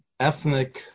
Ethnic